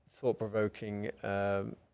thought-provoking